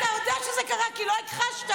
אתה יודע שזה קרה, כי לא הכחשת.